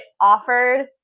offered